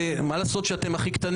למה הסכמנו?